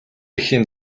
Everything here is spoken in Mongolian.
эхийн